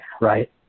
Right